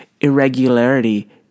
irregularity